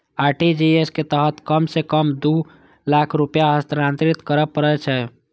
RTGS के तहत कम सं कम दू लाख रुपैया हस्तांतरित करय पड़ै छै